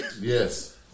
Yes